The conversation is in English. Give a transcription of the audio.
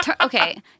Okay